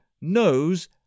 knows